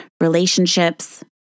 relationships